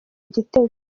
igitego